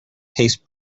paste